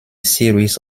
series